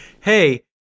hey